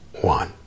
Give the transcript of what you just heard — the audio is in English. one